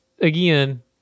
again